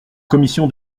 commission